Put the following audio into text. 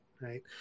right